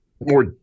more